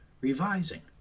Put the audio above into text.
revising